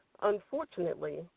unfortunately